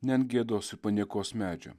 ne ant gėdos ir paniekos medžio